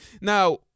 Now